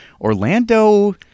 Orlando